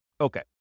Okay